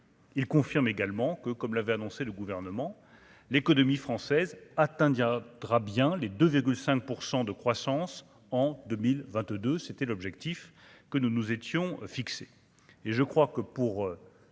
il confirme également que, comme l'avait annoncé le gouvernement, l'économie française atteint atteindra drap bien les 2 5 % de croissance en 2022, c'était l'objectif que nous nous étions fixés